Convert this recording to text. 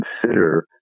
consider